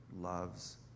loves